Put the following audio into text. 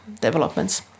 developments